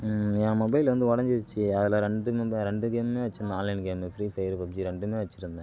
என் mobile வந்து ஒடஞ்சிடுச்சு அதில் ரெண்டு ரெண்டு கேமுமே வச்சிருந்தேன் online game Free Fire PUBG ரெண்டுமே வச்சிருந்தேன்